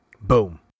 Boom